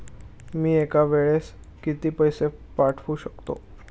मी एका वेळेस किती पैसे पाठवू शकतो?